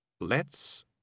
Let's